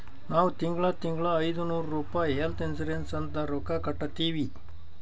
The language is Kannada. ನಾವ್ ತಿಂಗಳಾ ತಿಂಗಳಾ ಐಯ್ದನೂರ್ ರುಪಾಯಿ ಹೆಲ್ತ್ ಇನ್ಸೂರೆನ್ಸ್ ಅಂತ್ ರೊಕ್ಕಾ ಕಟ್ಟತ್ತಿವಿ